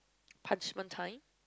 punishment time